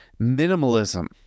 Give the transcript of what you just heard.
Minimalism